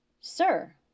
Sir